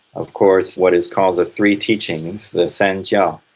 of course what is called the three teachings, the san jiao,